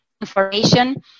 information